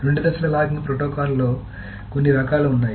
రెండు దశల లాకింగ్ ప్రోటోకాల్లో కొన్ని రకాలు ఉన్నాయి